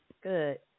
good